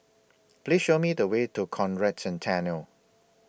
Please Show Me The Way to Conrad Centennial